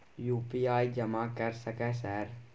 UPI जमा कर सके सर?